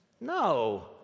no